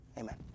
Amen